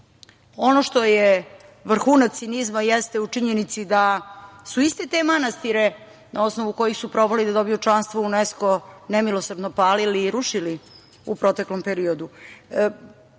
što je vrhunac cinizma jeste u činjenici da su iste te manastire na osnovu kojih su probali da dobiju članstvo u UNESCO nemilosrdno palili i rušili u proteklom periodu.